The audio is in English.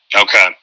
Okay